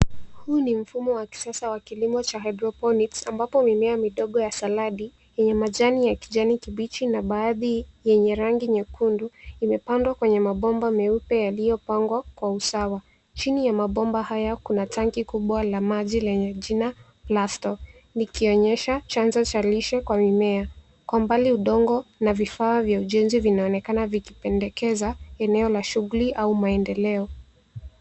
Huu ni mfumo wa kisasa wa kilimo cha hydroponics ambapo mimea midogo ya saladi yenye majani ya kijani kibichi na baadhi yenye rangi nyekundu, imepandwa kwenye mabomba meupe yaliyopangwa kwa usawa. Chini ya mabomba haya kuna tangi kubwa la maji lenye jina Plasto, likionyesha chanzo cha lishe kwa mimea. Kwa mbali udongo na vifaa vya ujenzi vinaonekana vikipendekeza eneo la shughuli au maendeleo.